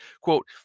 quote